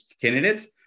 candidates